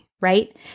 right